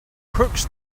crooks